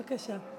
בבקשה.